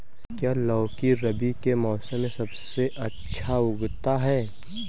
क्या लौकी रबी के मौसम में सबसे अच्छा उगता है?